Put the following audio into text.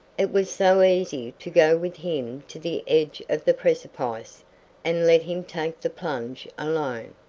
it was so easy to go with him to the edge of the precipice and let him take the plunge alone.